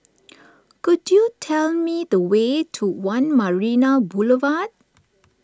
could you tell me the way to one Marina Boulevard